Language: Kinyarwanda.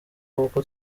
uko